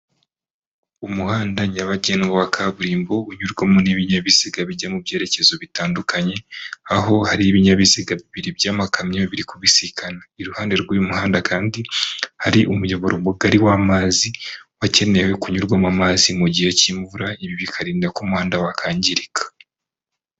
Umuhanda nyabagendwa wa kaburimbo, unyurwamo n'ibinyabiziga bijya mu byerekezo bitandukanye, aho hari ibinyabiziga bibiri by'amakamyo biri kubisikana, iruhande rw'uyu muhanda kandi, hari umuyoboro mugari w'amazi, wakenenewe kunyurwa mu mazi mu gihe cy'imvura, ibi bikarinda ko umwanda wakangirika.